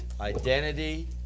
Identity